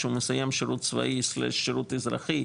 כשהוא מסיים שירות צבאי או שירות אזרחי,